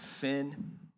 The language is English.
sin